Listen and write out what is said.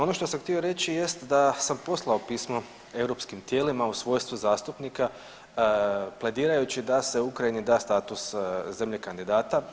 Ono što sam htio reći jest da sam poslao pismo europskim tijelima u svojstvu zastupnika pledirajući da se Ukrajini da status zemlje kandidata.